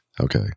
Okay